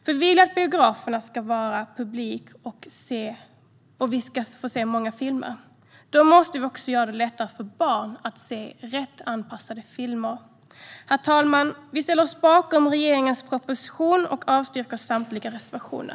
Vi vill ju att biograferna ska ha publik, och vi vill se många filmer. Då måste vi göra det lättare för barn att se rätt anpassade filmer. Herr talman! Vi ställer oss bakom regeringens proposition och yrkar avslag på samtliga reservationer.